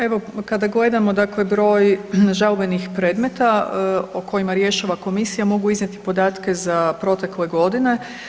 Evo kada gledamo broj žalbenih predmeta o kojima rješava komisija, mogu iznijeti podatke za protekle godine.